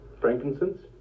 Frankincense